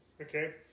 Okay